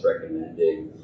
recommending